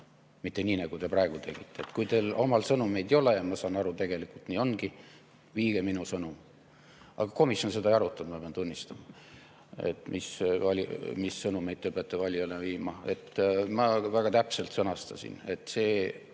mitte nii, nagu te praegu tegite. Kui teil omal sõnumeid ei ole – ma saan aru, et tegelikult nii ongi –, siis viige minu sõnum. Aga komisjon seda ei arutanud, ma pean tunnistama, mis sõnumeid te peate valijale viima. Ma väga täpselt sõnastasin, et